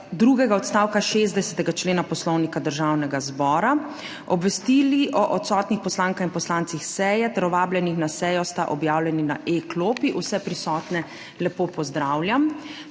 drugega odstavka 60. člena Poslovnika Državnega zbora. Obvestili o odsotnih poslankah in poslancih seje ter o vabljenih na sejo sta objavljeni na e-klopi. Vse prisotne lepo pozdravljam!